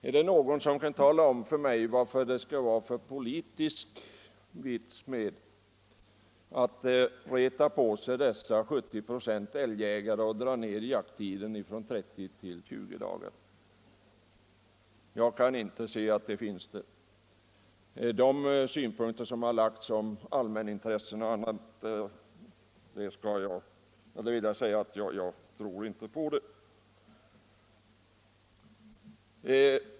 Är det någon som kan tala om för mig vad det är för politisk vits med att reta upp dessa 70 96 av älgjägarna genom att dra ner jakttiden från 30 till 20 dagar?